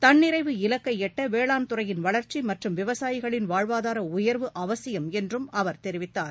தன்னிறைவு இலக்கை எட்ட வேளாண்துறையின் வளர்ச்சி மற்றும் விவசாயிகளின் வாழ்வாதார உயர்வு அவசியம் என்றும் அவர் தெரிவித்தார்